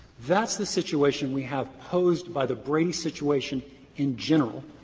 that's the situation we have posed by the brady situation in general.